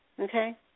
Okay